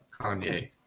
kanye